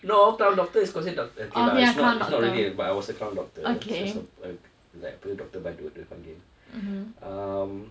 no clown doctor is considered doctor okay lah is not is not really but I was a clown doctor so is a um apa doktor badut dorang panggil um